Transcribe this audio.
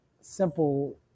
simple